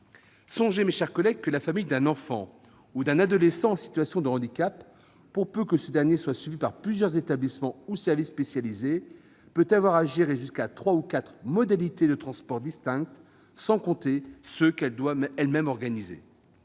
Songez, mes chers collègues, que la famille d'un enfant ou d'un adolescent en situation de handicap, pour peu qu'il soit suivi par plusieurs établissements ou services spécialisés, peut avoir à gérer jusqu'à trois ou quatre modalités de transport distinctes, sans compter ceux qu'elle doit elle-même organiser